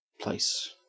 place